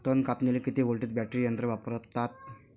तन कापनीले किती व्होल्टचं बॅटरी यंत्र वापरतात?